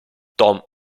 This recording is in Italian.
tom